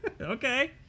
Okay